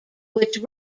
which